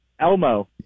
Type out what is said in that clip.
Elmo